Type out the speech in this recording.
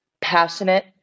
passionate